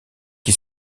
qui